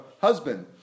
husband